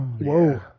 Whoa